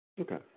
Okay